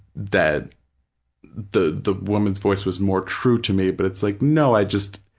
that the the woman's voice was more true to me, but it's like, no, i just,